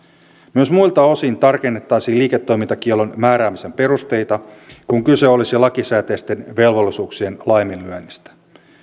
myös muilta osin tarkennettaisiin liiketoimintakiellon määräämisen perusteita kun kyse olisi lakisääteisten velvollisuuksien laiminlyönnistä